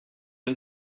les